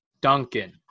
Duncan